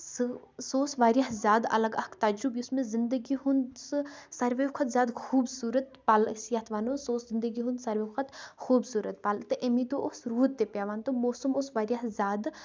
سُہ سُہ اوس واریاہ زیادٕ الگ اکھ تَجرُبہٕ یُس مےٚ زنٛدگی ہُند سُہ سارویو کھۄتہٕ زیادٕ خوٗبصوٗرت پَل ٲسۍ یِتھ وَنو سُہ اوس زندگی ہُنٛد سارویو کھۄتہ خوٗبصوٗرت پَل تہٕ اَمہِ دۄہ اوس روٗد تہِ پیوان تہٕ موسم اوس واریاہ زیادٕ